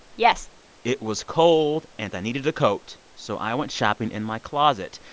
yes it was cold, and i needed a coat, so i went shopping in my closet.